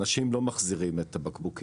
האנשים לא מחזירים את הבקבוקים.